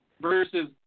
versus